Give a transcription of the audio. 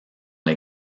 les